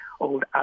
old